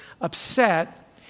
upset